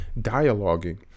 dialoguing